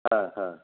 হ্যাঁ হ্যাঁ